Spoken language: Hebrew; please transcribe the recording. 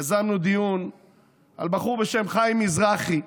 יזמנו דיון על בחור בשם חיים מזרחי.